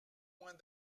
moins